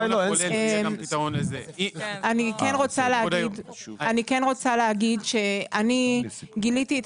אני כן רוצה להגיד שאני גיליתי את